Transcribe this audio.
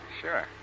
Sure